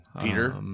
Peter